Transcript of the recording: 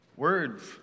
words